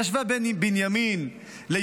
היא ישבה בין בנימין ליהודה,